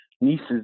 nieces